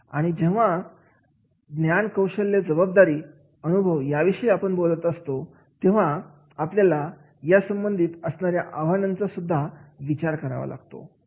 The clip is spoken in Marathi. आणि जेव्हा पण ज्ञान कौशल्य जबाबदारी अनुभव याविषयी बोलत असतो तेव्हा आपल्याला या संबंधित असणाऱ्या आव्हानांचा सुद्धा विचार करावा लागतो